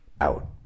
out